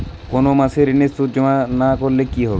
কোনো মাসে ঋণের সুদ জমা না করলে কি হবে?